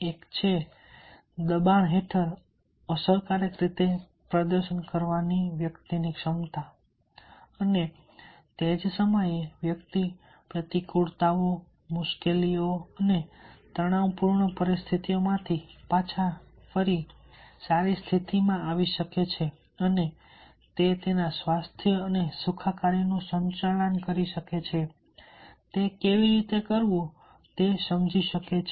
એક એ છે કે દબાણ હેઠળ અસરકારક રીતે પ્રદર્શન કરવાની વ્યક્તિની ક્ષમતા છે અને તે જ સમયે વ્યક્તિ પ્રતિકૂળતાઓ મુશ્કેલીઓ અને તણાવપૂર્ણ પરિસ્થિતિઓમાંથી પાછા સારી સ્થિતિમાં આવી શકે છે અને તે તેના સ્વાસ્થ્ય અને સુખાકારીનું સંચાલન કરી શકે છે અને તે કેવી રીતે કરવું તે સમજી શકે છે